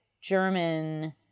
German